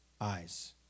Eyes